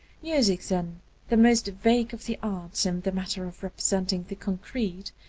music then, the most vague of the arts in the matter of representing the concrete,